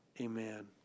Amen